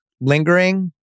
lingering